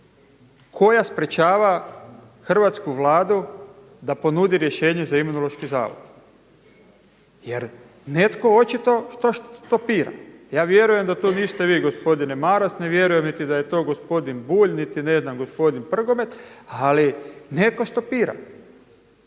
koja sprečava hrvatsku Vladu da ponudi rješenje za Imunološki zavod jer netko očito to stopira. Ja vjerujem da se to niste vi gospodine Maras, ne vjerujem niti da je to gospodin Bulj niti ne znam gospodin Prgomet ali netko stopira.